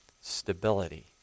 stability